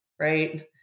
Right